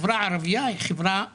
החברה הערבית היא חברה ענייה.